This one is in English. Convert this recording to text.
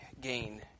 gain